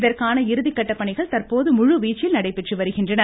இதற்கான இறுதிக்கட்ட பணிகள் தற்போது முழுவீச்சில் நடைபெற்று வருகின்றன